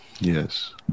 Yes